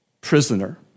prisoner